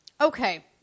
okay